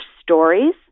stories